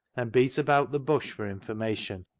and beat about the bush for information.